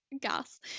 gas